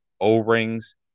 O-rings